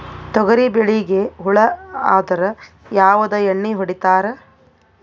ತೊಗರಿಬೇಳಿಗಿ ಹುಳ ಆದರ ಯಾವದ ಎಣ್ಣಿ ಹೊಡಿತ್ತಾರ?